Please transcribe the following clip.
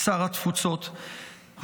שר התפוצות,